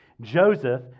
Joseph